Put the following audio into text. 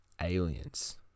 aliens